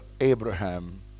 Abraham